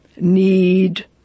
need